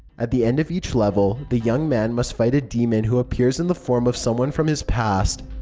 at the end of each level, the young man must fight a demon who appears in the form of someone from his past.